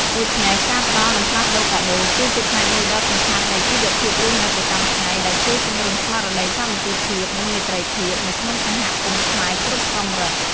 ដូច្នេះ ការផ្តល់និងផ្លាស់ប្ដូរកាដូរ គឺជាផ្នែកមួយដ៏សំខាន់នៃជីវភាពរស់នៅប្រចាំថ្ងៃ ដែលជួយពង្រឹងស្មារតីសាមគ្គីភាព និងមេត្រីភាពនៅក្នុងសហគមន៍ខ្មែរគ្រប់កម្រិត។